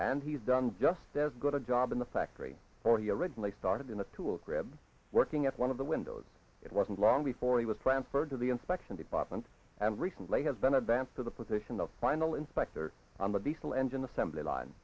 and he's done just as good a job in the factory for the originally started in a tool grab working at one of the windows it wasn't long before he was transferred to the inspection department and recently has been advanced to the position of final inspector on the diesel engine assembly line